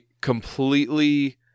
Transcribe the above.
completely